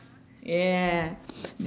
yeah